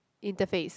interface